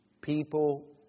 people